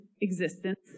existence